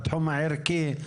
בתחום הערכי.